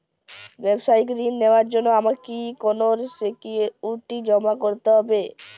ব্যাবসায়িক ঋণ নেওয়ার জন্য আমাকে কি কোনো সিকিউরিটি জমা করতে হবে?